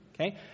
Okay